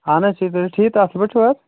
اَہَن حظ ٹھیٖک تُہۍ چھُو ٹھیٖک اَصٕل پٲٹھۍ چھُوا